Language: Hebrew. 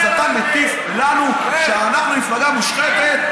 אז אתה מטיף לנו שאנחנו מפלגה מושחתת?